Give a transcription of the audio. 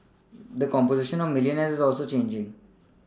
the composition of milLionaires is also changing